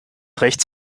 rechts